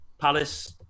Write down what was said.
Palace